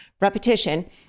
repetition